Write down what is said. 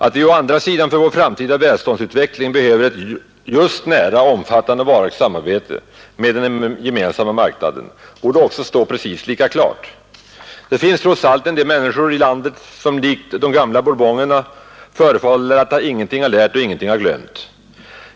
Att vi å andra sidan för vår framtida välståndsutveckling behöver just ett nära, omfattande och varaktigt samarbete med Gemensamma marknaden borde också stå precis lika klart. Det finns trots allt en del människor här i landet, som likt de gamla Bourbonerna förefaller att ingenting ha lärt och ingenting ha glömt.